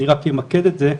אני רק אמקד את זה.